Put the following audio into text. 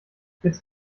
jetzt